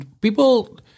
people